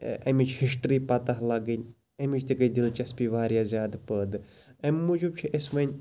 امِچ ہِسٹری پَتاہ لَگٕنۍ امِچ تہِ گٔے دِلچَسپی واریاہ زیادٕ پٲدٕ امہِ موجوب چھِ أسۍ وۄنۍ